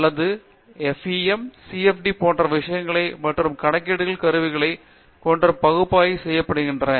அல்லது ப ஈ ம் சி ப டீ FEM CFD போன்ற விஷயங்கள் மற்றும் கணக்கீட்டு கருவிகளைக் கொண்ட பகுப்பாய்வு செய்யப்படுகின்றன